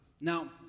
Now